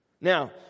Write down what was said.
Now